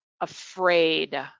afraid